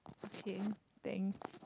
okay thanks